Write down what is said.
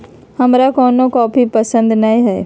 हमरा कोनो कॉफी पसंदे न हए